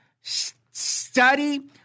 study